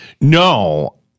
No